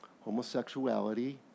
Homosexuality